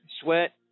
sweat